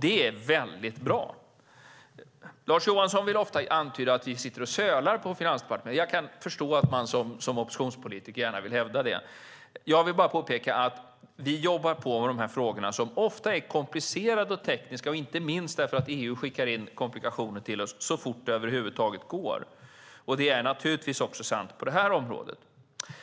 Det är väldigt bra. Lars Johansson vill ofta antyda att vi sitter och sölar på Finansdepartementet. Jag kan förstå att man som oppositionspolitiker gärna vill hävda det. Jag vill bara påpeka att vi jobbar på med de här frågorna, som ofta är komplicerade och tekniska, inte minst därför att EU skickar in komplikationer till oss, så fort som det över huvud taget går. Det är naturligtvis också sant på det här området.